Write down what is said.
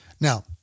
Now